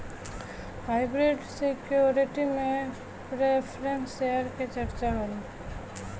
hybrid security में preference share के चर्चा होला